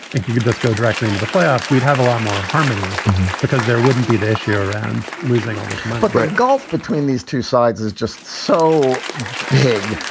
if you could just go directly into the playoffs, we'd have a lot more harmony because there wouldn't be this year around losing all the great but gulf between these two sides is just so big.